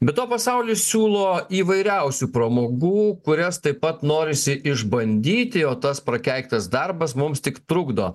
be to pasaulis siūlo įvairiausių pramogų kurias taip pat norisi išbandyti o tas prakeiktas darbas mums tik trukdo